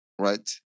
Right